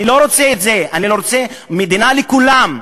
אני לא רוצה את זה, אני רוצה מדינה לכולם,